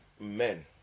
men